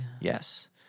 Yes